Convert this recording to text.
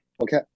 Okay